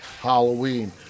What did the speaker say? halloween